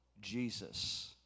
Jesus